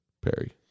Perry